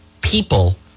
people